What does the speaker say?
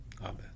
Amen